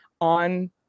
on